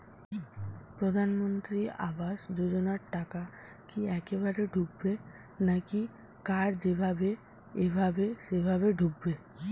প্রধানমন্ত্রী আবাস যোজনার টাকা কি একবারে ঢুকবে নাকি কার যেভাবে এভাবে সেভাবে ঢুকবে?